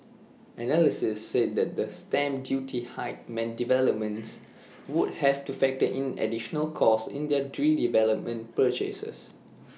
analysts said the stamp duty hike meant developers would have to factor in an additional cost in their redevelopment purchases